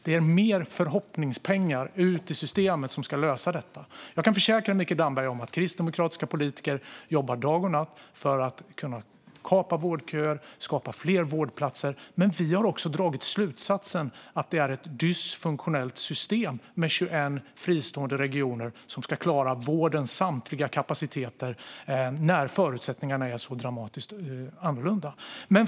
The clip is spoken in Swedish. Det är mer förhoppningspengar ut i systemet som ska lösa detta. Jag kan försäkra Mikael Damberg att kristdemokratiska politiker jobbar dag och natt för att kapa vårdköer och skapa fler vårdplatser. Men vi har också dragit slutsatsen att det är ett dysfunktionellt system med 21 fristående regioner som ska klara vårdens samtliga kapaciteter när förutsättningarna är så dramatiskt annorlunda.